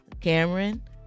cameron